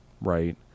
right